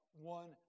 one